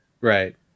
Right